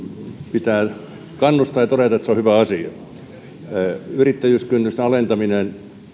pitää kannustaa ja todeta että se on hyvä asia yrittäjyyden kynnyksen alentaminen